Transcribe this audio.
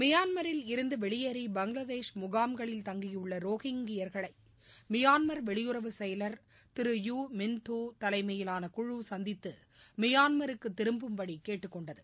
மியான்மரிலிருந்துவெளியேறி பங்களாதேஷ் முகாம்களில் தங்கியுள்ளரொஹிங்கியர்களைமியான்மர் வெளியுறவுத்துறைசெயலர் திரு யு மின்துதலைமயிலான குழு சந்தித்துமியான்மருக்குதிரும்பும்படிகேட்டுக் கொண்டது